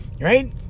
right